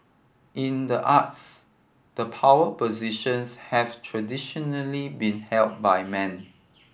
in the arts the power positions have traditionally been held by men